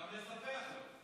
גם לספח לא.